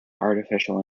artificial